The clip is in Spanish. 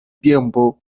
tiempo